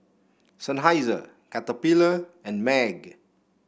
Seinheiser Caterpillar and MAG